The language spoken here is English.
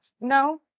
no